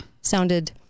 sounded